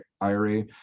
IRA